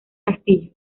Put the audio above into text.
castillo